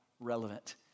relevant